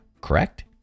correct